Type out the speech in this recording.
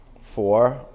four